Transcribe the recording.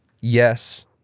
yes